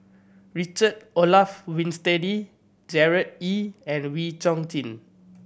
Richard Olaf Winstedt Gerard Ee and Wee Chong Jin